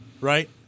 right